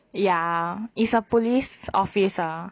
ya is a police office ah